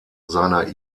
seiner